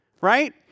right